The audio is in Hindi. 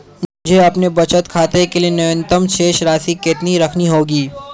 मुझे अपने बचत खाते के लिए न्यूनतम शेष राशि कितनी रखनी होगी?